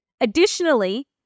Additionally